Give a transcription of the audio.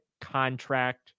contract